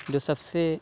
جو سب سے